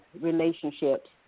relationships